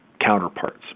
counterparts